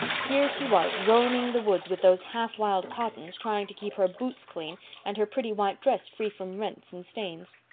here she was roaming the woods with those half-wild cottons, trying to keep her boots clean and her pretty white dress free from rents and stains.